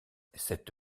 cette